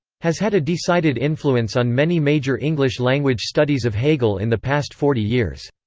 has had a decided influence on many major english language studies of hegel in the past forty years.